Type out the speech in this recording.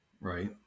Right